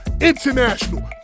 international